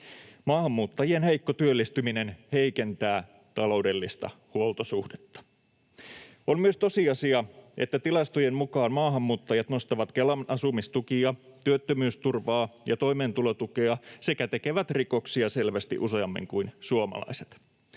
Maahanmuuttajien heikko työllistyminen heikentää taloudellista huoltosuhdetta. On myös tosiasia, että tilastojen mukaan maahanmuuttajat nostavat Kelan asumistukia, työttömyysturvaa ja toimeentulotukea sekä tekevät rikoksia selvästi useammin kuin suomalaiset.